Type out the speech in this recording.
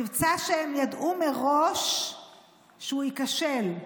מבצע שהם ידעו מראש שהוא ייכשל.